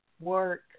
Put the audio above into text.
work